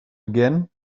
again